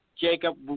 Jacob